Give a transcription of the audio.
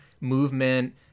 movement